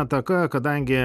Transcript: ataka kadangi